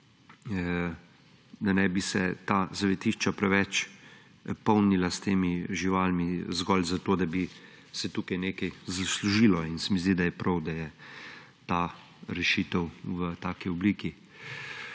da se ne bi ta zavetišča preveč polnila s temi živalmi zgolj zato, da bi se tu nekaj zaslužilo. In se mi zdi prav, da je ta rešitev v taki obliki.